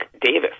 Davis